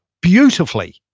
Beautifully